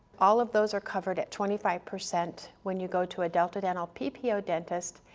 all of those are covered at twenty five percent when you go to a delta dental ppo dentist,